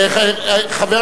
מי התנגד לחוק שלו?